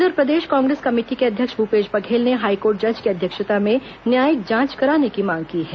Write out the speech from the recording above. उधर प्रदेश कांग्रेस कमेटी के अध्यक्ष भूपेश बघेल ने हाईकोर्ट जज की अध्यक्षता में न्यायिक जांच कराने की मांग की है